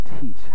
teach